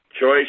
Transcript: choice